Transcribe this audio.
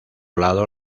lado